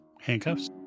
Handcuffs